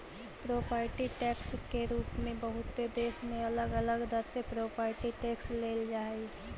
property tax के रूप में बहुते देश में अलग अलग दर से प्रॉपर्टी टैक्स लेल जा हई